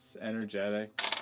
energetic